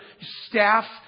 staff